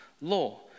law